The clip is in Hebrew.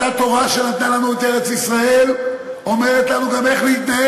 אותה תורה שנתנה לנו את ארץ-ישראל אומרת לנו גם איך להתנהג,